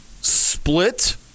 split